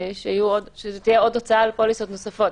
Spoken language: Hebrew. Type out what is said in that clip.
שתהיה הוצאה על פוליסות נוספות.